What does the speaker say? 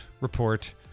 report